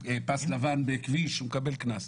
בפס לבן בכביש הוא מקבל קנס.